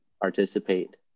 participate